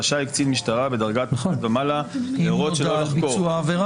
רשאי קצין משטרה בדרגת פקד ומעלה להורות שלא לחקור,